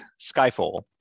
Skyfall